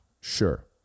sure